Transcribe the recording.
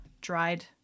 dried